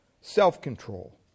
self-control